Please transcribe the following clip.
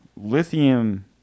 lithium